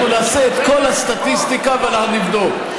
אנחנו נעשה את כל הסטטיסטיקה ואנחנו נבדוק.